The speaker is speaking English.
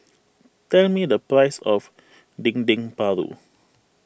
tell me the price of Dendeng Paru